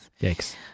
Yikes